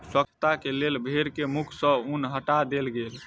स्वच्छता के लेल भेड़ के मुख सॅ ऊन हटा देल गेल